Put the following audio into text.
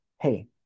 hey